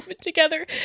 together